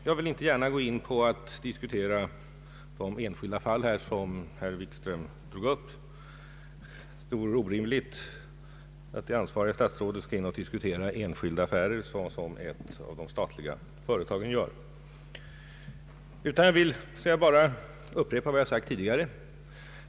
Jag vill inte gärna gå in på att diskutera de enskilda fall som herr Wikström tog upp. Det vore orimligt att det ansvariga statsrådet skall diskutera enskilda affärer som ett av de statliga före tagen gör. Jag vill bara upprepa vad jag sagt tidigare.